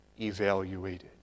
evaluated